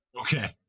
Okay